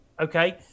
Okay